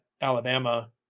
Alabama